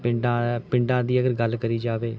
ਪਿੰਡਾਂ ਪਿੰਡਾਂ ਦੀ ਅਗਰ ਗੱਲ ਕਰੀ ਜਾਵੇ